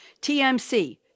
TMC